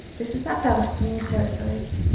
this is not palestinian territories.